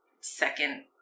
second